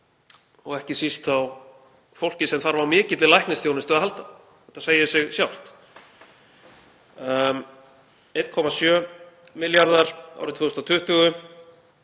og ekki síst á fólkinu sem þarf á mikilli læknisþjónustu að halda. Það segir sig sjálft. 1,7 milljarðar árið 2020,